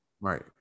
Right